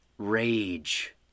Rage